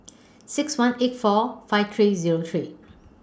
six one eight four five three Zero three